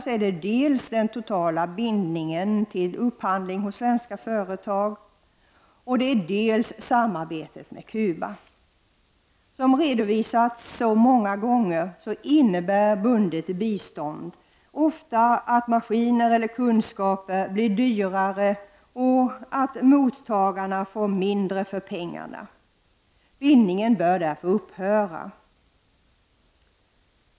Det gäller dels den totala bindningen till upphandling i svenska företag, dels samarbetet med Cuba. Såsom redovisats så många gånger innebär bundet bistånd ofta att maskiner eller kunskaper blir dyrare och att mottagarna får mindre för pengarna. Bindningen bör därför upphöra.